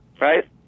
Right